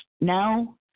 Now